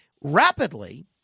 rapidly